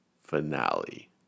Finale